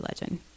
legend